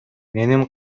менин